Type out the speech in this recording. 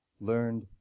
learned